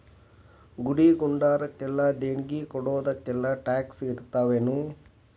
ಗುಡಿ ಗುಂಡಾರಕ್ಕ ದೇಣ್ಗಿ ಕೊಡೊದಕ್ಕೆಲ್ಲಾ ಟ್ಯಾಕ್ಸ್ ಇರ್ತಾವೆನು?